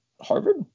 Harvard